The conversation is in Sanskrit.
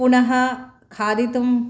पुनः खादितुम्